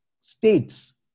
states